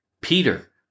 Peter